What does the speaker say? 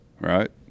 Right